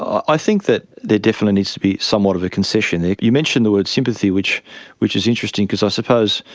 i think that there definitely needs to be somewhat of a concession there. you mention the word sympathy, which which is interesting because i suppose,